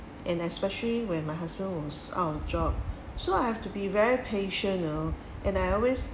and especially when my husband was out of job so I have to be very patience you know and I always